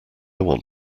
want